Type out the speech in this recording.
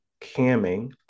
camming